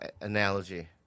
analogy